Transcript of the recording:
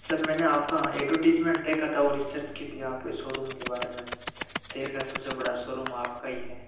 sir मैंने आपका advertisement देखा था और रिसर्च की थी आपके शोरूम के बारे में शहर का सबसे बड़ा शोरूम आपका ही है